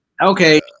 Okay